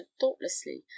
thoughtlessly